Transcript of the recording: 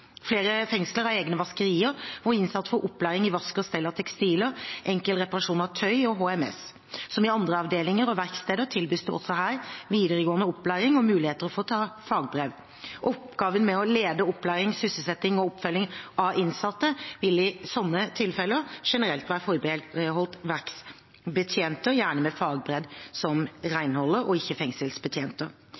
Flere fengsler har egne vaskerier hvor innsatte får opplæring i vask og stell av tekstiler, enkel reparasjon av tøy og HMS. Som i andre avdelinger og verksteder tilbys det også her videregående opplæring og muligheter for å ta fagbrev. Oppgaven med å lede opplæring, sysselsetting og oppfølging av innsatte vil i slike tilfeller generelt være forbeholdt verksbetjenter, gjerne med fagbrev som renholder, og ikke